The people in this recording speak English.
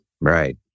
Right